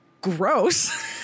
gross